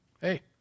hey